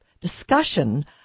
Discussion